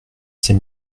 ces